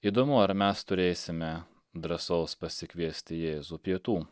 įdomu ar mes turėsime drąsos pasikviesti jėzų pietų